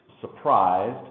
surprised